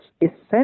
essential